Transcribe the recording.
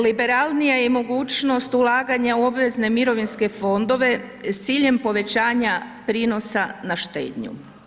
Liberalnija je mogućnost ulaganja u obvezne mirovinske fondove s ciljem povećanja prinosa na štednju.